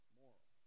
moral